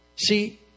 See